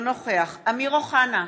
אינו נוכח אמיר אוחנה,